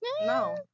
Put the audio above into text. No